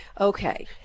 Okay